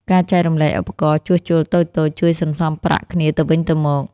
ការចែករំលែកឧបករណ៍ជួសជុលតូចៗជួយសន្សំប្រាក់គ្នាទៅវិញទៅមក។